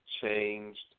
changed